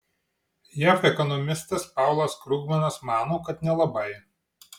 jav ekonomistas paulas krugmanas mano kad nelabai